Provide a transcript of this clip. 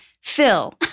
Phil